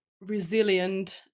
resilient